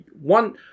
one